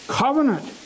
covenant